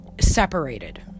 separated